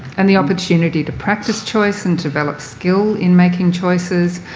and the opportunity to practise choice, and develop skill in making choices,